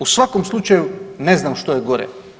U svakom slučaju ne znam što je gore.